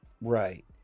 right